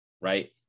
right